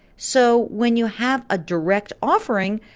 so when you have a direct offering,